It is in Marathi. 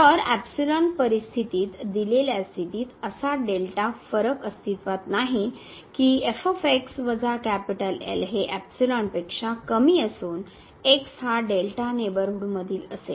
तर परिस्थितीत दिलेल्या स्थितीत असा फरक अस्तित्वात नाही की वजा हे पेक्षा कमी असून x हा नेबरहूड मधील असेल